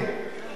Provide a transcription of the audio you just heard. כן,